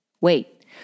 Wait